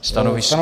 Stanovisko?